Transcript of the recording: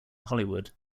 hollywood